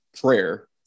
prayer